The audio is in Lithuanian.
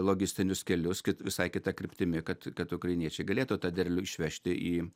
logistinius kelius visai kita kryptimi kad kad ukrainiečiai galėtų tą derlių išvežti į